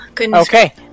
Okay